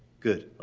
good,